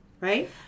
Right